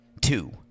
Two